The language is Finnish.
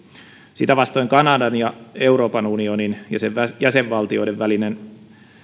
sitä vastoin kanadan ja euroopan unionin ja sen jäsenvaltioiden välinen